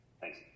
thanks